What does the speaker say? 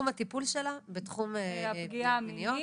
בוועדה שתחום הטיפול שלה בתחום הפגיעות המיניות.